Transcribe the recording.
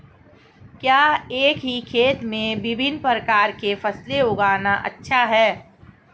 क्या एक ही खेत में विभिन्न प्रकार की फसलें उगाना अच्छा है?